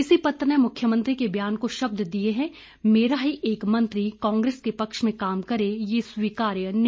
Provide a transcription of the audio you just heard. इसी पत्र ने मुख्यमंत्री के बयान को शब्द दिए हैं मेरा ही एक मंत्री कांग्रेस के पक्ष में काम करे ये स्वीकार्य नहीं